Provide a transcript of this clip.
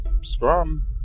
Scrum